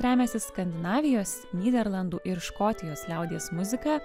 remiasi skandinavijos nyderlandų ir škotijos liaudies muzika